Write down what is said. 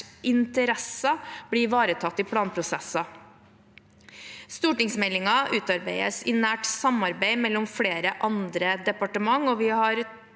interesser blir ivaretatt i planprosesser. Stortingsmeldingen utarbeides i nært samarbeid med flere andre departement, og vi har